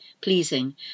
pleasing